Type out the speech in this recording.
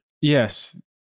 Yes